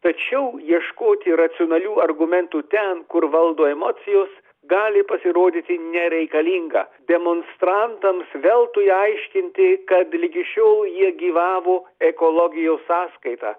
tačiau ieškoti racionalių argumentų ten kur valdo emocijos gali pasirodyti nereikalinga demonstrantams veltui aiškinti kad ligi šiol jie gyvavo ekologijos sąskaita